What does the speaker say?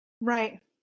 right